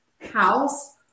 house